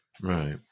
right